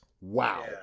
wow